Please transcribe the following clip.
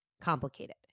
complicated